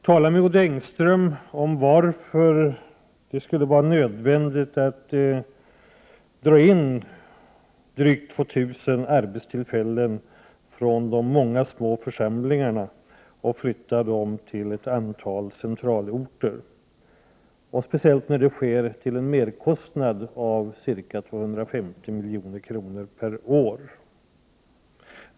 Tala med Odd Engström om varför det skulle vara nödvändigt att dra in drygt 2 000 arbetstillfällen från de många små församlingarna och flytta dem till ett antal centralorter, speciellt när det sker till en merkostnad av ca 250 milj.kr. per år.